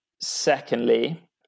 Secondly